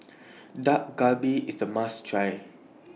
Dak Galbi IS A must Try